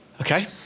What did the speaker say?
Okay